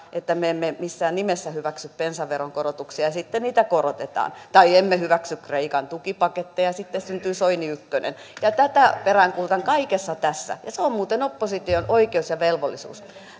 että me emme missään nimessä hyväksy bensaveron korotuksia ja sitten niitä korotetaan tai emme hyväksy kreikan tukipakettia ja ja sitten syntyy soini ykkönen ja tätä peräänkuulutan kaikessa tässä ja se on muuten opposition oikeus ja velvollisuus